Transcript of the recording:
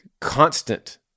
constant